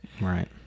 Right